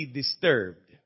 disturbed